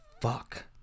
fuck